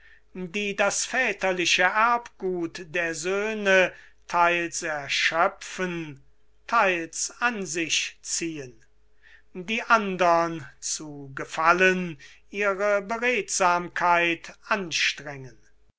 die das väterliche erbgut der söhne theils erschöpfen theils an sich ziehen die andern zu gefallen ihre beredsamkeit anstrengen